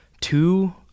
two